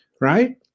right